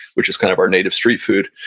which is kind of our native street food.